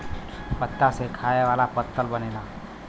पत्ता से खाए वाला पत्तल बनेला